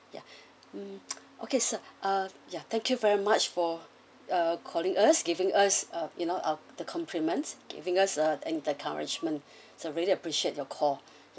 ya mm okay sir uh ya thank you very much for uh calling us giving us uh you know ah the compliments giving us ah encouragement so really appreciate your call